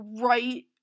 right